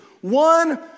One